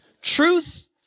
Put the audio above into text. Truth